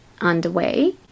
underway